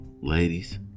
Ladies